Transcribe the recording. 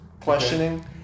questioning